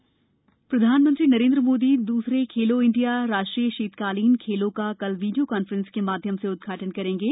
खेलो India शीत खेल प्रधानमंत्री नरेंद्र मोदी द्रसरे खेलो इंडिया राष्ट्रीय शीतकालीन खेलों का कल वीडियो कांफ्रेंस के माध्यम से उद्वाटन करेंगे